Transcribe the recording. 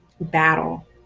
battle